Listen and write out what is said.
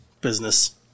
business